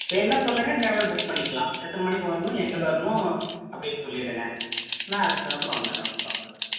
வேணும்னா சொல்லுங்கள் travel book பண்ணிக்கலாம் எத்தனை மணிக்கு வரணும் எங்கே வரணும் அப்படின்னு சொல்லிவிடுங்க நான் அதுக்கு தகுந்தாப்பில வந்துறேன் ஒன்றும் ப்ராப்ளம் இருக்காது